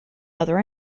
other